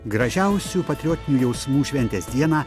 gražiausių patriotinių jausmų šventės dieną